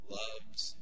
loves